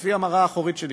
לפי המראה האחורית שלי,